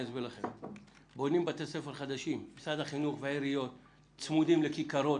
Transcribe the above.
משרד החינוך והעיריות בונים בתי ספר חדשים שהם צמודים לכיכרות.